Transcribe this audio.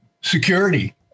security